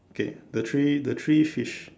okay the three the three fish